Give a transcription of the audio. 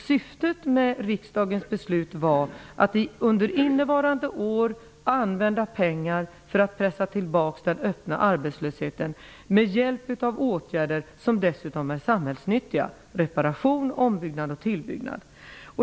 Syftet med riksdagens beslut var att under innevarande år använda pengar för att pressa tillbaks den öppna arbetslösheten med hjälp av åtgärder som dessutom är samhällsnyttiga, t.ex.